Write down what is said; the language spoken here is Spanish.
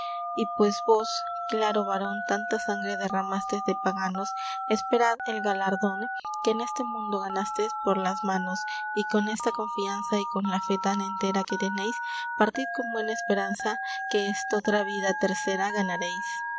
y pues vos claro varon tanta sangre derramastes de paganos esperad el galardon que en este mundo ganastes por las manos y con esta confiana y con la fe tan entera que teneys partid con buena esperana que estotra vida terera ganareys